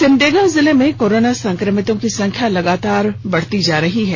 सिमडेगा जिले में कोरोना संक्रमितों की संख्या लगातार बढ़ती जा रही है